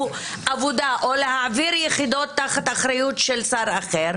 עבודה או להעביר יחידות תחת אחריות של שר אחר,